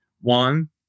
one